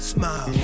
Smile